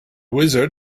wizard